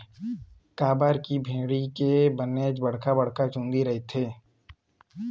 काबर की भेड़ी के बनेच बड़का बड़का चुंदी रहिथे